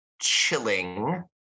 chilling